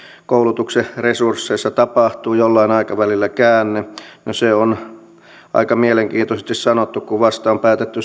koulutuksen resursseissa tapahtuu jollain aikavälillä käänne no se on aika mielenkiintoisesti sanottu kun vasta on päätetty